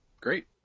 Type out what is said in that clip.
Great